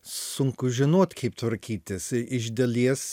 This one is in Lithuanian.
sunku žinot kaip tvarkytis iš dalies